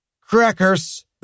crackers